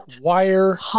wire